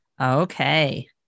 Okay